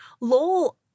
lol